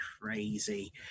crazy